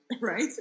right